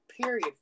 Period